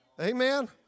Amen